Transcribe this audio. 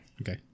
okay